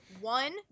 one